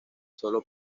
sólo